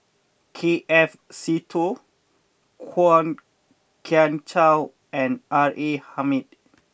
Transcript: K F Seetoh Kwok Kian Chow and R A Hamid